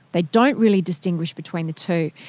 they don't really distinguish between the two,